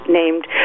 named